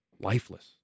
lifeless